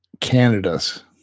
Canada's